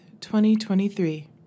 2023